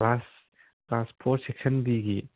class class four section ꯕꯤꯒꯤ